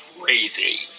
crazy